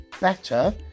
better